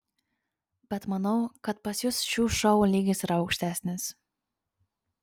bet manau kad pas jus šių šou lygis yra aukštesnis